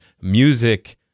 music